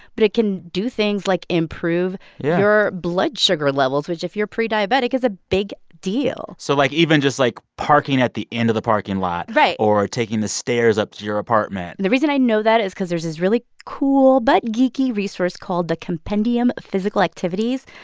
but it can do things like improve your blood sugar levels, which, if you're prediabetic, is a big deal so, like, even just, like, parking at the end of the parking lot. right. or taking the stairs up to your apartment and the reason i know that is because there's it's really cool but geeky resource called the compendium of physical activities.